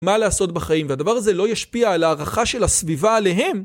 מה לעשות בחיים? והדבר הזה לא ישפיע על הערכה של הסביבה עליהם.